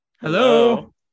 Hello